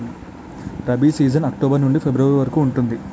rabi season October నుండి February వరకు ఉంటుంది